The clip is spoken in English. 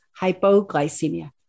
hypoglycemia